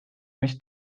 mis